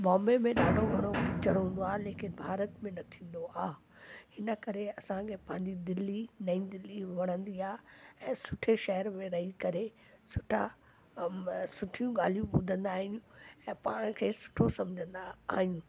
बॉम्बे में ॾाढो घणो कीचड़ हूंदो आहे लेकिन भारत में न थींदो आहे हिन करे असांखे पंहिंजी दिल्ली नई दिल्ली वणंदी आहे ऐं सुठे शहर में रही करे सुठा सुठियूं ॻाल्हियूं ॿुधंदा आहियूं ऐं पाण खे सुठो सम्झंदा आहियूं